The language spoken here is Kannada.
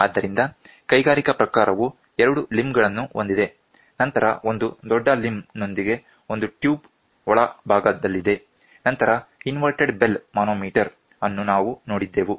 ಆದ್ದರಿಂದ ಕೈಗಾರಿಕಾ ಪ್ರಕಾರವು ಎರಡು ಲಿಂಬ್ ಗಳನ್ನು ಹೊಂದಿದೆ ನಂತರ ಒಂದು ದೊಡ್ಡ ಲಿಂಬ್ ನೊಂದಿಗೆ ಒಂದು ಟ್ಯೂಬ್ ಒಳಭಾಗದಲ್ಲಿದೆ ನಂತರ ಇನ್ವರ್ಟೆಡ್ ಬೆಲ್ ಮಾನೋಮೀಟರ್ ಅನ್ನು ನಾವು ನೋಡಿದೆವು